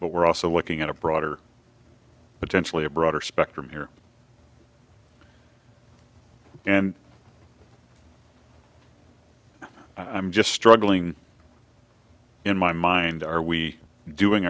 but we're also looking at a broader potentially a broader spectrum here and i'm just struggling in my mind are we doing